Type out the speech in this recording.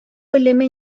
белеме